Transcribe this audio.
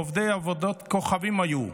"עובדי עבודות כוכבים היו,